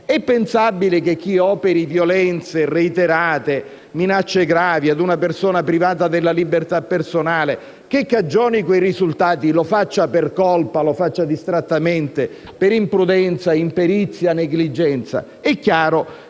È pensabile che chi operi violenze reiterate e minacce gravi a una persona privata della libertà personale, che cagioni quei risultati, lo faccia per colpa o lo faccia distrattamente, per imprudenza, imperizia o negligenza? È chiaro